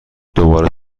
دوباره